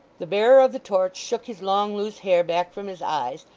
the bearer of the torch shook his long loose hair back from his eyes,